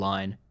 Line